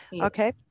Okay